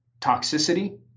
toxicity